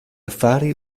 affari